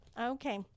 Okay